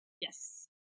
yes